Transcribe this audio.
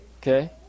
Okay